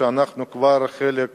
שאנחנו כבר חלק מהן.